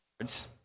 words